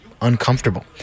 uncomfortable